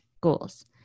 goals